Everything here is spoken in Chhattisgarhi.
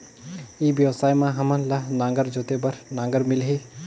ई व्यवसाय मां हामन ला नागर जोते बार नागर मिलही?